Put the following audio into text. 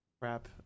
crap